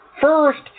first